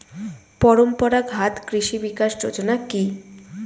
পরম্পরা ঘাত কৃষি বিকাশ যোজনা কি?